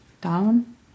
down